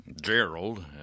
Gerald